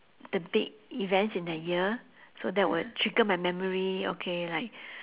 the big events in the year so that would trigger my memory okay like